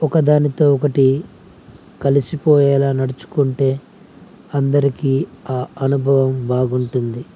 ఒకదానితో ఒకటి కలిసిపోయేలా నడుచుకుంటే అందరికీ ఆ అనుభవం బాగుంటుంది